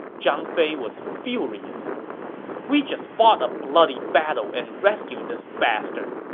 zhang fei was furious we just fought a bloody battle and rescued this bastard,